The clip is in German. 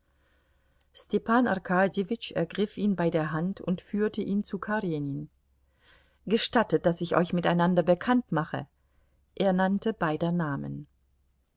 arkadjewitsch ergriff ihn bei der hand und führte ihn zu karenin gestattet daß ich euch miteinander bekannt mache er nannte beider namen